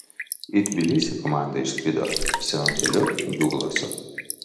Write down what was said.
į tbilisį komanda išskrido senutėliu duglasu